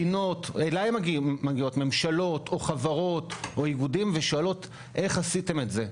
אליהן מגיעות ממשלות או חברות או איגודים ושואלים איך עשיתם את זה?